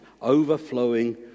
overflowing